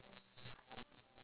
oh okay